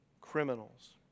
criminals